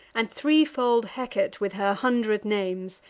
and threefold hecate, with her hundred names,